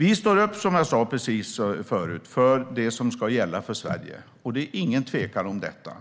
Vi står upp, som jag sa nyss, för det som ska gälla för Sverige. Det råder inget tvivel om detta.